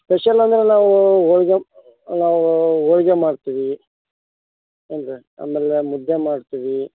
special ಅಂದರೆ ನಾವು ಹೋಳಿಗೆ ನಾವು ಹೋಳಿಗೆ ಮಾಡ್ತೀವಿ ಅಂದರೆ ಆಮೇಲೆ ಮುದ್ದೆ ಮಾಡ್ತೀವಿ